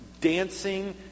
dancing